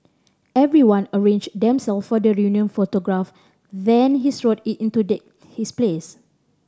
everyone arranged themselves for the reunion photograph then he strode it in to take his place